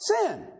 Sin